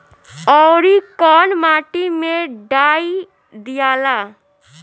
औवरी कौन माटी मे डाई दियाला?